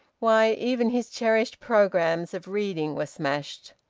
why, even his cherished programmes of reading were smashed.